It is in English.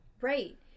Right